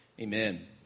Amen